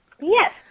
Yes